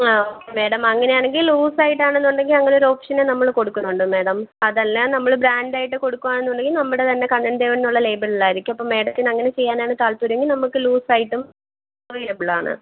ആ മേഡം അങ്ങനെയാണെങ്കിൽ ലൂസായിട്ടാണെന്നുണ്ടെങ്കിൽ അങ്ങനെയൊരു ഓപ്ഷന് നമ്മൾ കൊടുക്കുന്നുണ്ട് മേഡം അതല്ല നമ്മൾ ബ്രാൻ്റായിട്ട് കൊടുക്കുകയാണെന്നുണ്ടെങ്കിൽ നമ്മുടെ തന്നെ കണ്ണൻ ദേവൻ എന്നുള്ള ലേബലിലായിരിക്കും അപ്പം മേഡത്തിന് അങ്ങനെ ചെയ്യാനാണ് താല്പര്യമെങ്കിൽ നമ്മൾക്ക് ലൂസ്സായിട്ടും അവൈലബിൾ ആണ്